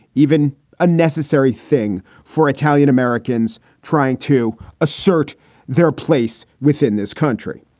even a necessary thing for italian americans trying to assert their place within this country.